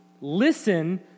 listen